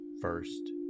first